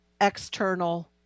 external